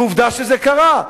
ועובדה שזה קרה.